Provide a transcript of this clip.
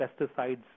pesticides